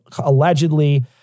allegedly